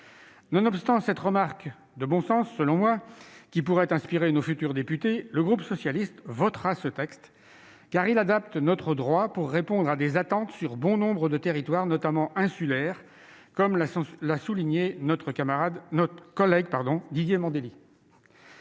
Nonobstant cette remarque de bon sens qui pourrait inspirer nos futurs députés, le groupe Socialiste, Écologiste et Républicain votera ce texte, car il adapte notre droit pour répondre à des attentes dans bon nombre de territoires, notamment insulaires, comme l'a souligné notre collègue Didier Mandelli.